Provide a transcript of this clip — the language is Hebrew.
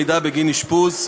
מידע בגין אשפוז),